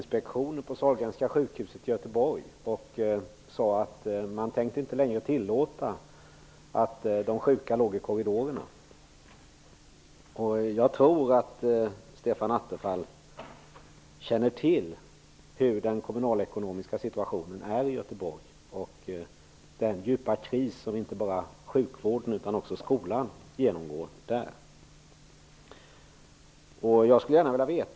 Sahlgrenska sjukhuset i Göteborg och sade att man inte längre tänkte tillåta att de sjuka låg i korridorerna. Jag tror att Stefan Attefall känner till hur den kommunalekonomiska situationen i Göteborg ser ut; där genomgår inte bara sjukvården utan också skolan en djup kris.